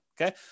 Okay